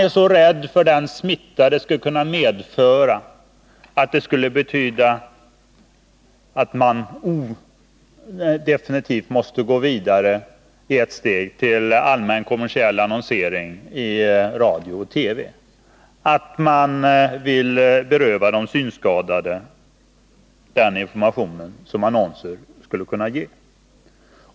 Utskottsmajoriteten är så rädd för att detta skulle medföra att man definitivt måste gå vidare ett steg till allmän kommersiell annonsering i radio och TV att den vill beröva de synskadade den information som annonser skulle kunna ge.